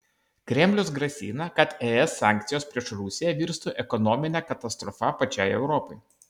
kremlius grasina kad es sankcijos prieš rusiją virstų ekonomine katastrofa pačiai europai